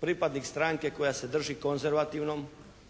pripadnik stranke koja se drži konzervativnom